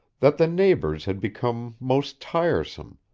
that the neighbors had become most tiresome,